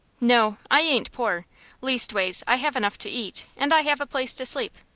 no. i ain't poor leastways, i have enough to eat, and i have a place to sleep.